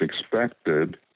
expected